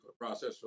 process